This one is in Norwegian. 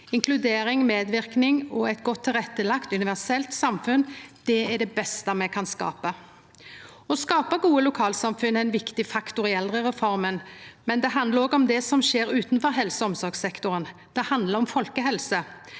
Inkludering, medverking og eit godt tilrettelagt universelt samfunn er det beste me kan skapa. Å skapa gode lokalsamfunn er ein viktig faktor i eldrereforma, og det handlar òg om det som skjer utanfor helse- og omsorgssektoren. Det handlar om folkehelse.